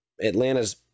Atlanta's